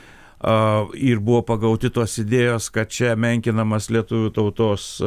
a ir buvo pagauti tos idėjos kad čia menkinamas lietuvių tautos